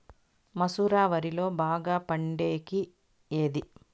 మసూర వరిలో బాగా పండేకి ఏది?